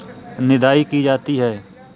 निदाई की जाती है?